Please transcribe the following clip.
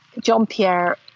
Jean-Pierre